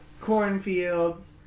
cornfields